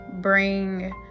bring